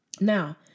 Now